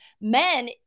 Men